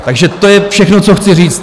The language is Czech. Takže to je všechno, co chci říct.